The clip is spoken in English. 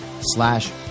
slash